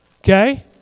Okay